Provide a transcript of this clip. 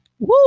Woo